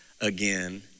again